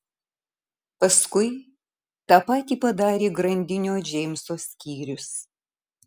paskui tą patį padarė grandinio džeimso skyrius